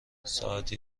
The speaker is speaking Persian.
ساعتی